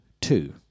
Two